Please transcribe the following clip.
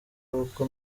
uko